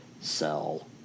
sell